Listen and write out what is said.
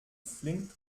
flink